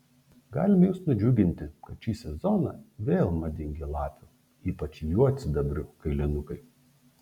galime jus nudžiuginti kad šį sezoną vėl madingi lapių ypač juodsidabrių kailinukai